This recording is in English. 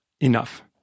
enough